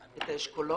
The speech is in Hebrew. את האשכולות?